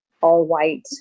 all-white